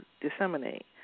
disseminate